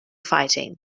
fighting